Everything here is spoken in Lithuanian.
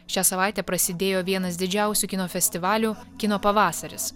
šią savaitę prasidėjo vienas didžiausių kino festivalių kino pavasaris